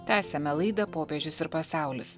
tęsiame laidą popiežius ir pasaulis